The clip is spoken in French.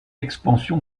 expansion